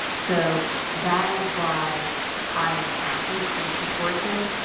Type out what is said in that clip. so that is why i am happy to support this.